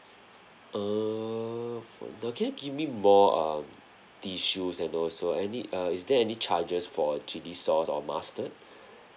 err can you give me more um tissues and also I need uh is there any charges for chili sauce or mustard